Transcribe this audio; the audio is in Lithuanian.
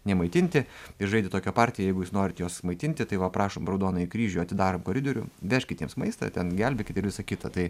nemaitinti ir žaidė tokią partiją jeigu jūs norit juos maitinti tai va prašom raudonąjį kryžių atidarom koridorių vežkit jiems maistą ten gelbėkit ir visa kita tai